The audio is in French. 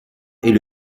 est